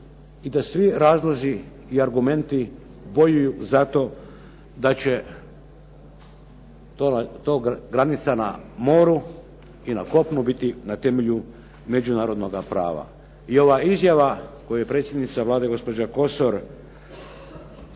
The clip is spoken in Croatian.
i da svi razlozi i argumenti …/Govornik se ne razumije./… za to da će to granica na moru i na kopnu biti na temelju međunarodnoga prava. I ova izjava koju je predsjednica Vlade gospođa Kosor